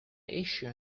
issue